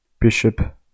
Bishop